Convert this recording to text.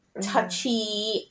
touchy